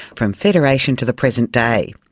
from federation to the present day.